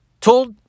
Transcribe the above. Told